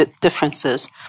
differences